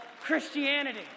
Christianity